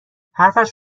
حرفش